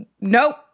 Nope